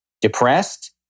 depressed